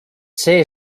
see